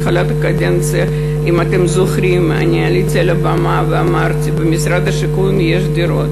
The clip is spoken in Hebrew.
בתחילת הקדנציה עליתי על הבמה ואמרתי: במשרד השיכון יש דירות,